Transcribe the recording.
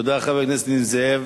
תודה רבה לחבר הכנסת נסים זאב.